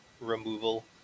removal